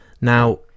Now